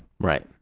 right